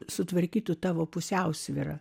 sutvarkytų tavo pusiausvyrą